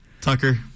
Tucker